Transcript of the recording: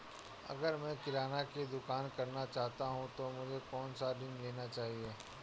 अगर मैं किराना की दुकान करना चाहता हूं तो मुझे कौनसा ऋण लेना चाहिए?